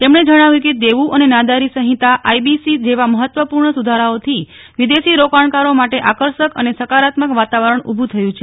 તેમણે જણાવ્યું કે દેવું અને નાદારી સંહિતા આઈબીસી જેવા મહત્વપૂર્ણ સુધરાઓથી વિદેશી રોકાણકારો માટે આકર્ષક અને સકારાત્મક વાતાવરણ ઉભું થયું છે